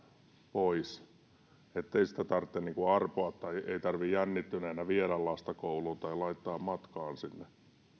pois niin ettei sitä tarvitse arpoa tai ei tarvitse jännittyneenä viedä lasta kouluun tai laittaa matkaan sinne